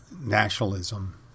nationalism